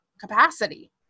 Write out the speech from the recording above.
capacity